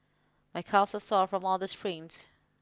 my calves sore from all the sprints